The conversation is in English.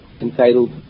entitled